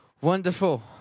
wonderful